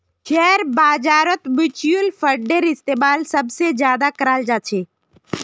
share बाजारत mutual फंडेर इस्तेमाल सबसे ज्यादा कराल जा छे